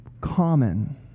common